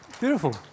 Beautiful